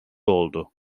oldu